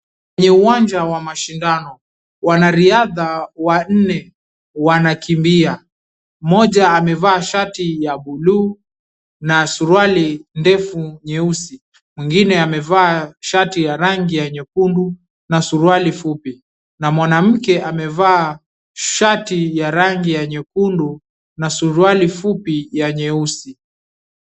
Kwenye uwanja wa mashindano. Wanariadha wanne wanakimbia. Moja amevaa shati ya blue na suruali ndefu nyeusi. Mwingine amevaa shati ya rangi ya nyekundu na suruali fupi. Na mwanamke amevaa shati ya rangi ya nyekundu na suruali fupi ya nyeusi.